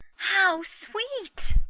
how sweet!